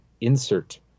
insert